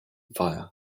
via